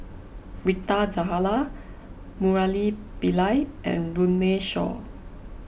Rita Zahara Murali Pillai and Runme Shaw